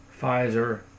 Pfizer